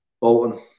Bolton